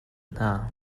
hna